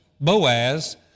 Boaz